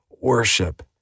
worship